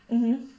mmhmm